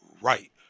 right